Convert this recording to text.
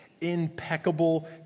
impeccable